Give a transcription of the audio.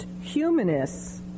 humanists